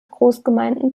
großgemeinden